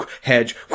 hedge